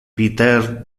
peter